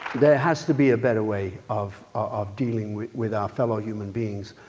there has to be a better way of of dealing with with our fellow human beings,